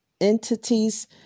entities